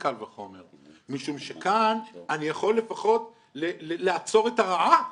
משום שכאן אני יכול לפחות לעצור את הרעה.